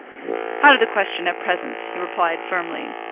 out of the question, at present, he replied firmly.